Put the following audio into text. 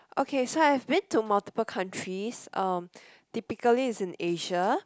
okay so I have been to multiple countries um typically it's in Asia